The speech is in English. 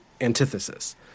antithesis